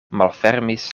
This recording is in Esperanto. malfermis